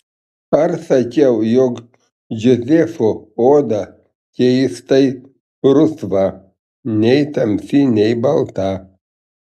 ar sakiau jog džozefo oda keistai rusva nei tamsi nei balta